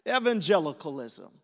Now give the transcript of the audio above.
Evangelicalism